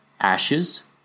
ashes